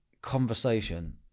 conversation